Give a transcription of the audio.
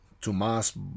Tomas